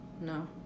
No